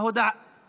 מוועדת החוקה,